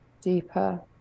deeper